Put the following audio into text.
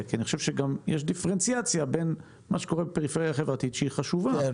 כי אני חושב שיש דיפרנציאציה בין מה שקורה בפריפריה החברתית היא חשובה.